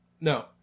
No